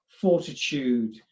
fortitude